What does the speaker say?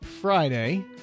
Friday